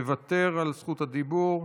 מוותר על זכות הדיבור,